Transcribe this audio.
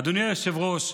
אדוני היושב-ראש,